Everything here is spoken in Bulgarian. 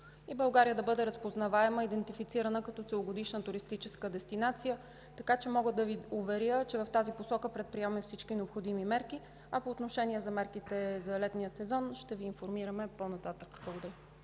и България да бъде разпознаваема, идентифицирана като целогодишна туристическа дестинация. Мога да Ви уверя, че в тази посока предприемаме всички необходими мерки. А по отношение на мерките за летния сезон ще Ви информирам по-нататък.